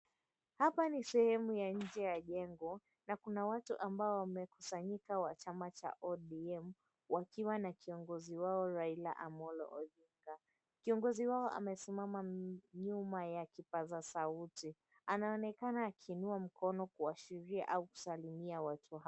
Hapa ni sehemu ya nje ya jengo, na kuna watu ambao wamekusanyika wa chama cha ODM, wakiwa na kiongozi wao, Raila Amollo Odinga. Kiongozi wao amesimama nyuma ya kipaza sauti, anaonekana akiinua mkono kuashiria au kusalimia watu hawa.